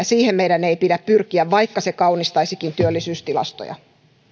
siihen meidän ei pidä pyrkiä vaikka se kaunistaisikin työllisyystilastoja